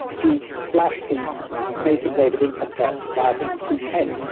to slash the basic rate of income tax by i think two pence.